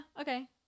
okay